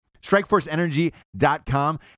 Strikeforceenergy.com